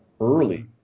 early